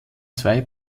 zwei